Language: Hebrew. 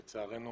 לצערנו